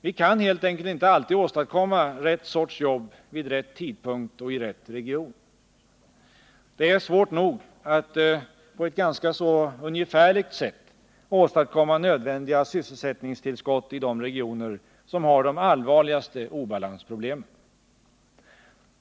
Vi kan helt enkelt inte alltid åstadkomma rätt sorts jobb vid rätt tidpunkt och i rätt region. Det är svårt nog att på ett ganska ungefärligt sätt åstadkomma nödvändiga sysselsättningstillskott i de regioner som har de allvarligaste balansproblemen.